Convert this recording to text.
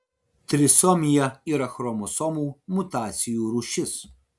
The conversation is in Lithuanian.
trisomija yra chromosomų mutacijų rūšis